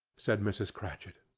said mrs. cratchit.